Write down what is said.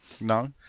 No